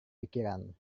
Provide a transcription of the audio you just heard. pikiran